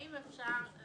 סעיף-סעיף.